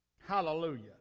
Hallelujah